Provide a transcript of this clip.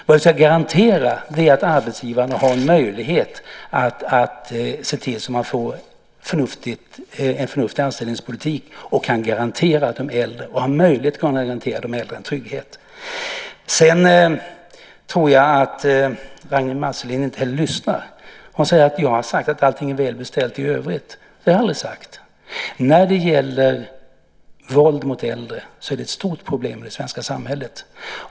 Det vi ska garantera är att arbetsgivarna har en möjlighet att se till att man får en förnuftig anställningspolitik och har möjlighet att kunna garantera de äldre en trygghet. Jag tror att Ragnwi Marcelind inte heller lyssnar. Hon säger att jag har sagt att allting är välbeställt i övrigt. Det har jag aldrig sagt. Våld mot äldre är ett stort problem i det svenska samhället.